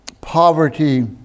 poverty